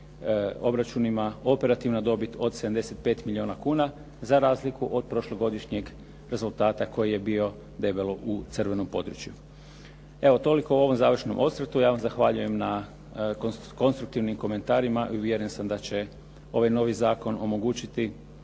obračunima operativna dobit od 75 milijuna kuna za razliku od prošlogodišnjeg rezultata koji je bio debelo u crvenom području. Evo, toliko u ovom završnom osvrtu, ja vam zahvaljujem na konstruktivnim komentarima i uvjeren sam da će ovaj novi zakon omogućiti